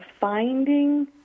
finding